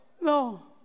No